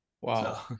Wow